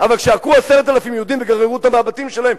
אבל כשעקרו 10,000 יהודים וגררו אותם מהבתים שלהם,